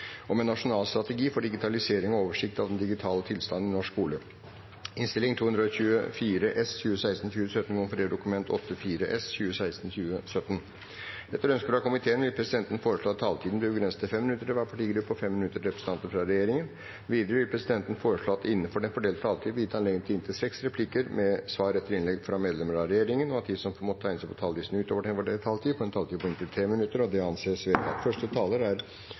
vil presidenten foreslå at taletiden begrenses til 5 minutter til hver partigruppe og 5 minutter til representanter fra regjeringen. Videre vil presidenten foreslå at det – innenfor den fordelte taletid – blir gitt anledning til inntil seks replikker med svar etter innlegg fra medlemmer av regjeringen, og at de som måtte tegne seg på talerlisten utover den fordelte taletid, får en taletid på inntil 3 minutter. – Det anses vedtatt. Først vil jeg begynne med å takke forslagsstillerne for at de setter en så viktig og høyaktuell sak på dagsordenen. Jeg vil også takke komiteen for godt samarbeid gjennom prosessen. Digitaliseringen er